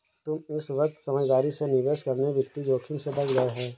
तुम इस वक्त समझदारी से निवेश करके वित्तीय जोखिम से बच गए